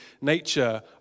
nature